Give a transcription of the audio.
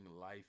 life